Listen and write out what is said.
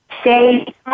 stay